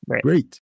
great